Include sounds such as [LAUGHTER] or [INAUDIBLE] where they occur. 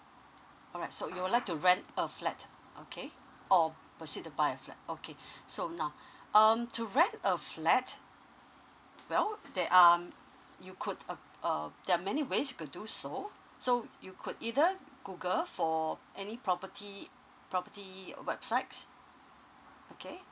alright so you would like to rent a flat okay or proceed to buy a flat okay [BREATH] so now um to rent a flat well there are you could uh err there're many ways you could do so so you could either google for any property property website okay